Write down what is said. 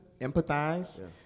empathize